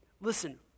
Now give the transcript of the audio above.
Listen